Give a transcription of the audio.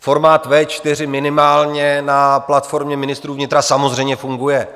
Formát V4 minimálně na platformě ministrů vnitra samozřejmě funguje.